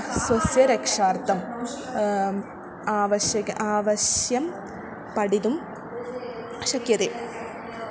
स्वस्य रक्षार्थं आवश्यकम् अवश्यं पठितुं शक्यते